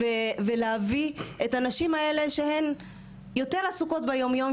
ולהביא את הנשים האלה שהן יותר עסוקות ביום יום,